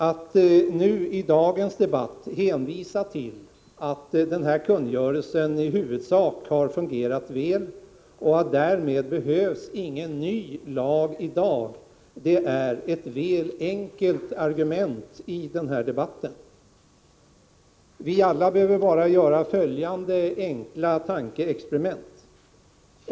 Att i dag hänvisa till att denna kungörelse i huvudsak har fungerat väl och att det därmed inte behövs någon ny lag i dag är ett väl enkelt argument i debatten. Vi behöver bara göra följande enkla tankeexperiment.